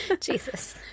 Jesus